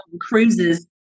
cruises